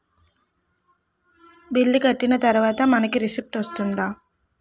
Bill కట్టిన తర్వాత మనకి రిసీప్ట్ వస్తుందా?